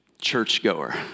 churchgoer